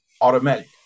automatic